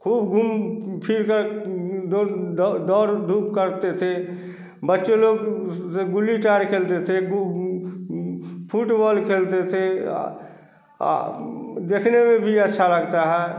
खूब घूम फिर कर दौड़ धूप करते थे बच्चे लोग गुली चार खेलते थे फुटबॉल खेलते थे देखने में भी अच्छा लगता है